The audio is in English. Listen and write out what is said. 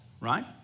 right